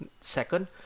Second